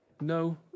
no